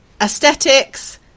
Aesthetics